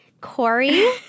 Corey